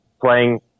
playing